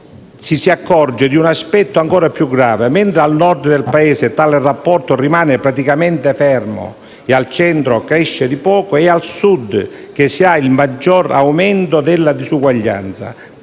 ci si accorge di un aspetto ancora più grave. Mentre al Nord del Paese tale rapporto rimane praticamente fermo e al Centro cresce di poco, è al Sud che si ha il maggior aumento della disuguaglianza,